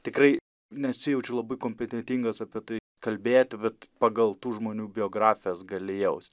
tikrai nesijaučiu labai kompetentingas apie tai kalbėti bet pagal tų žmonių biografijas gali jaust